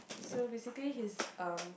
so basically he's um